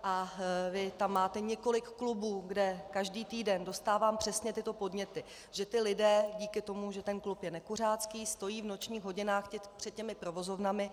A vy tam máte několik klubů, kde každý týden dostávám přesně tyto podněty, že lidé díky tomu, že ten klub je nekuřácký, stojí v nočních hodinách před těmi provozovnami.